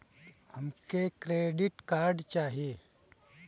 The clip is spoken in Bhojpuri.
हमके क्रेडिट कार्ड चाही